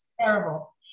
terrible